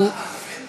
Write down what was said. הוא, לא דהן,